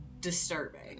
disturbing